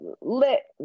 let